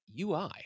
UI